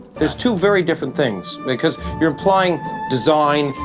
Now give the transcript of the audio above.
there's two very different things. because you're implying design,